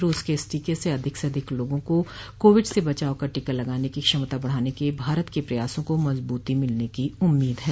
रूस के इस टीके से अधिक से अधिक लोगों को कोविड से बचाव का टीका लगाने की क्षमता बढ़ाने के भारत के प्रयासों को मजबूती मिलने की उम्मीद है